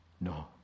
No